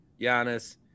Giannis